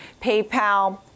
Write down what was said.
PayPal